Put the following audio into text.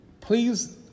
please